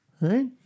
Right